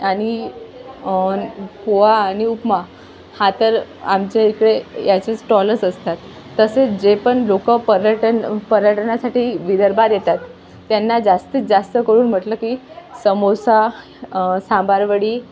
आणि पोहा आणि उपमा हा तर आमच्या इकडे याचे स्टॉलच असतात तसेच जे पण लोक पर्यटन पर्यटनासाठी विदर्भात येतात त्यांना जास्तीत जास्त करून म्हटलं की समोसा सांबारवडी